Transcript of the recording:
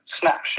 snapshot